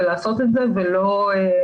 באמת שבאהבה.